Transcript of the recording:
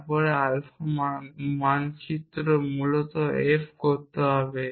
তারপরে আলফা মানচিত্র মূলত f করতে হবে